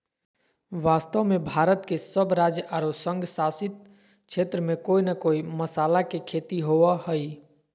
वास्तव में भारत के सब राज्य आरो संघ शासित क्षेत्र में कोय न कोय मसाला के खेती होवअ हई